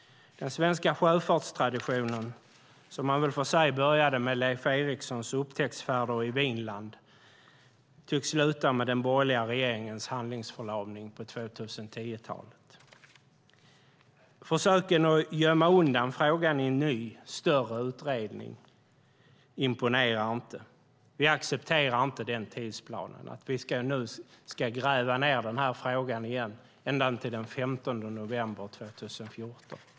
Den svenska sjöfartstraditionen, som man väl får säga började med Leif Erikssons upptäcktsfärder i Vinland, tycks sluta med den borgerliga regeringens handlingsförlamning på 2010-talet. Försöken att gömma undan frågan i en ny större utredning imponerar inte. Vi accepterar inte den tidsplanen, att vi ska gräva ned den här frågan ända till den 15 november 2014.